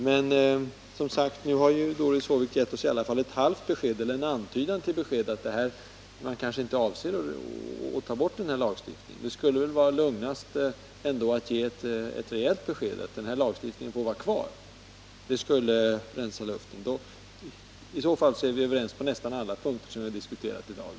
Men nu har ändå Doris Håvik givit oss ett halvt besked eller en antydan till besked om att man kanske inte avser att avskaffa denna lagstiftning. Det vore väl ändå lugnast att ge ett rejält besked om att denna lagstiftning får vara kvar. I så fall är vi överens på nästan alla punkter som vi har diskuterat i dag.